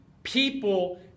people